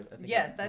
Yes